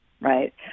Right